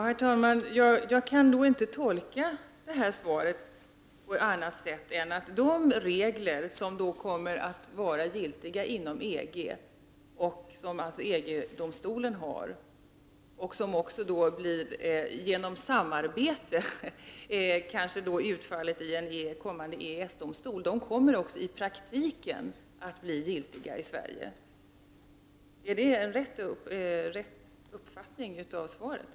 Herr talman! Jag kan inte tolka svaret på annat sätt än att de regler som kommer att vara giltiga inom EG, som EG-domstolen tillämpar och som genom ”samarbete” kanske kommer att gälla för en framtida EES-domstol, också i praktiken kommer att bli giltiga i Sverige. Är detta en riktig tolkning av svaret?